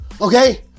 Okay